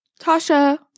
Tasha